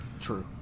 True